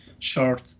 short